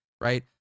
right